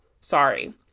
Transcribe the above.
Sorry